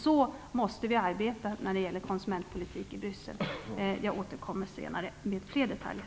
Så måste vi arbeta när det gäller konsumentpolitik i Bryssel. Jag återkommer senare med fler detaljer.